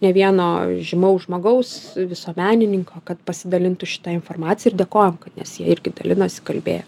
ne vieno žymaus žmogaus visuomenininko kad pasidalintų šita informacija ir dėkojam kad nes jie irgi dalinosi kalbėjo